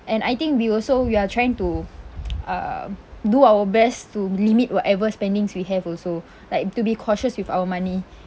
and I think we also we are trying to uh do our best to limit whatever spendings we have also like to be cautious with our money